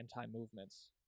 anti-movements